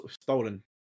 stolen